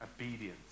obedience